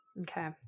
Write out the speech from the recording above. Okay